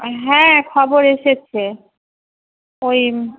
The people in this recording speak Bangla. হ্যাঁ খবর এসেছে ওই